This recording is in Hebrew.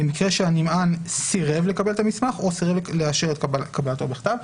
במקרה שהנמען סירב לקבל את המסמך או סירב לאשר את קבלתו בכתב.